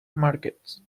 markets